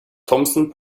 thompson